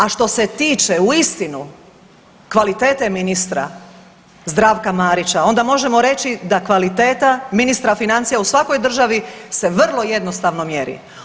A što se tiče uistinu kvalitete ministra Zdravka Marića onda možemo reći da kvaliteta ministra financija u svakoj državi se vrlo jednostavno mjeri.